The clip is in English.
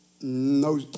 No